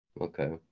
Okay